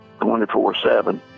24-7